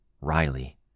Riley